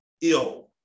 ill